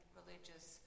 religious